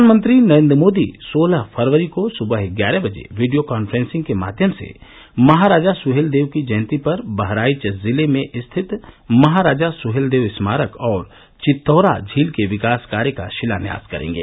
प्रधानमंत्री नरेन्द्र मोदी सोलह फरवरी को सुबह ग्यारह बजे वीडियो कॉन्फ्रेंसिंग के माध्यम से महाराजा सुहेलदेव की जयंती पर बहराइच जिले में स्थित महाराजा सुहेलदेव स्मारक और चित्तौरा झील के विकास कार्य का शिलान्यास करेंगे